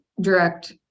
direct